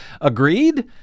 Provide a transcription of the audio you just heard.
agreed